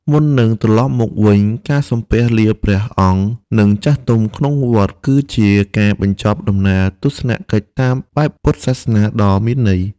មុននឹងត្រលប់មកវិញ ការសំពះលាព្រះអង្គ និងចាស់ទុំក្នុងវត្ត គឺជាការបញ្ចប់ដំណើរទស្សនកិច្ចតាមបែបពុទ្ធសាសនាដ៏មានន័យ។